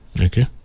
okay